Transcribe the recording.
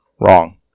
Wrong